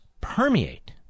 permeate